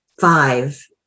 five